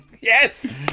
Yes